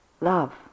love